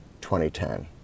2010